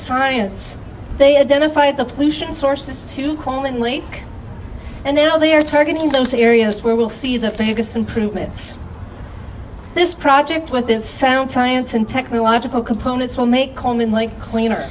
science they identified the pollution sources too commonly and now they are targeting those areas where we'll see the biggest improvements this project within sound science and technological components will make coleman like cleaner